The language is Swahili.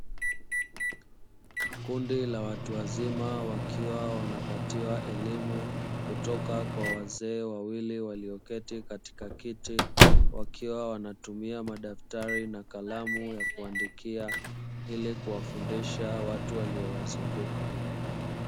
Kundi la watu wazima wakiwa wanapatiwa elimu kutoka kwa wazee wawili walioketi katika kiti. Wakiwa wanatumia madaftari na kalamu ya kuandikia ili kuwafundisha watu waliowazunguka.